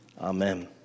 Amen